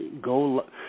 go